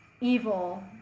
evil